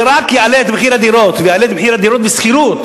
זה רק יעלה את מחיר הדירות ויעלה את מחיר הדירות בשכירות,